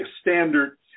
standard